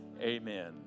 amen